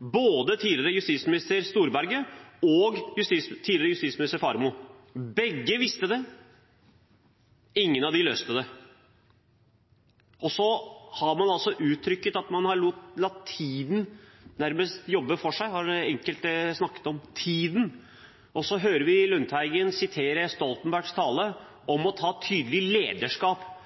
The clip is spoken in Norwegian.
både tidligere justisminister Storberget og tidligere justisminister Faremo – begge visste det. Ingen av dem løste det. Så har man uttrykt at man nærmest har latt tiden jobbe for seg. Enkelte har snakket om tiden. Vi hører Lundteigen sitere fra Stoltenbergs tale om å ta tydelig lederskap,